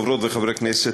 חברות וחברי הכנסת,